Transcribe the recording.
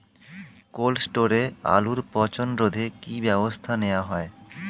Cold স্টোরে আলুর পচন রোধে কি ব্যবস্থা নেওয়া হয়?